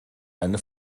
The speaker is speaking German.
eine